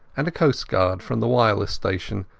and a coastguard from the wireless station,